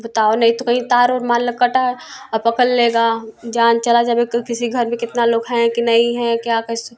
बुताओ नहीं तो कहीं तार वुर मान लो कटा है पकड़ लेगा जान चला जावे किसी घर के लोग है कि नहीं हैं क्या कैसे